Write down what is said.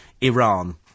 Iran